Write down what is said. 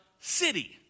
city